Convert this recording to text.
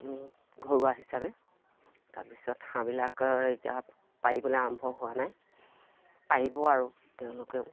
ঘৰুৱা হিচাপে তাৰপিছত হাঁহবিলাকৰ এতিয়া পাৰিবলে আৰম্ভ হোৱা নাই পাৰিব আৰু তেওঁলোকেও